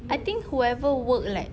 I think whoever work like